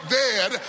dead